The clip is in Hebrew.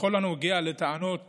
בכל הנוגע לטענות